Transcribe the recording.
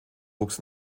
wuchs